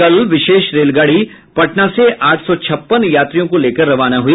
कल विशेष रेलगाडी पटना से आठ सौ छप्पन यात्रियों को लेकर रवाना हुई